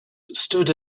stood